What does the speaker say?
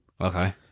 Okay